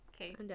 Okay